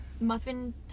muffin